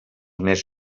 més